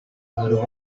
little